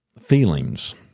feelings